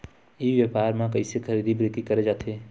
ई व्यापार म कइसे खरीदी बिक्री करे जाथे?